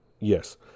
Yes